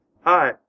Hi